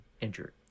injured